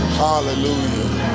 hallelujah